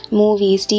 movies